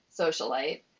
socialite